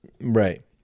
right